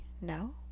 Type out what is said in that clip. no